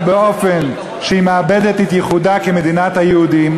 באופן שהיא מאבדת את ייחודה כמדינת היהודים,